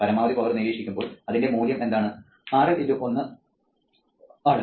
പരമാവധി പവർ നിരീക്ഷിക്കുമ്പോൾ അതിന്റെ മൂല്യം എന്താണ് RLI ആണ്